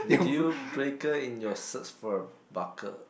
dealbreaker in your search for a parker